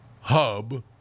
hub